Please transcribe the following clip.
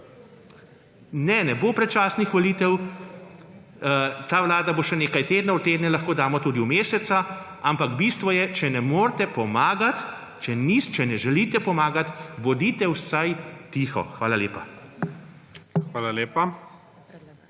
Ne, ne bo predčasnih volitev, ta vlada bo še nekaj tednov, tedne lahko damo tudi v mesece, ampak bistvo je, če ne morete pomagati, če ne želite pomagati, bodite vsaj tiho. Hvala lepa. PREDSEDNIK